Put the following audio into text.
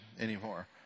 anymore